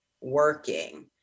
working